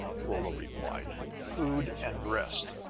rolla replied, food and rest.